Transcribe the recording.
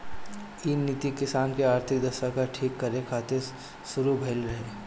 इ नीति किसान के आर्थिक दशा के ठीक करे खातिर शुरू भइल रहे